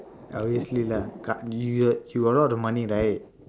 obviously lah கா~:kaa~ you got you got a lot of money right